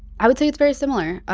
i would say it's very similar.